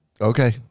okay